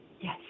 Yes